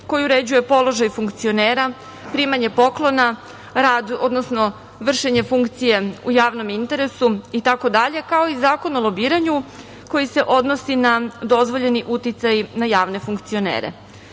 koji uređuje položaj funkcionera, primanje poklona, rad, odnosno vršenje funkcije u javnom interesu itd, kao i Zakon o lobiranju koji se odnosi na dozvoljeni uticaj na javne funkcionere. Podsetila